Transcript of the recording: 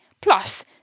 plus